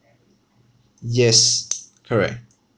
yes correct